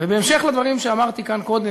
בהמשך לדברים שאמרתי כאן קודם,